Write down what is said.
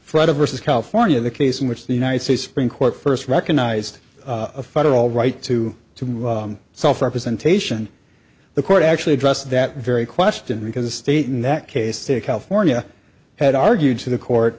the verses california the case in which the united states supreme court first recognized a federal right to to self representation the court actually addressed that very question because the state in that case to california had argued to the court